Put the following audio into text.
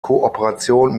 kooperation